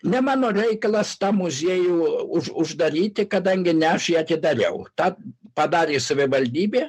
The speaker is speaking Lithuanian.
ne mano reikalas tą muziejų už uždaryti kadangi ne aš jį atidariau tą padarė savivaldybė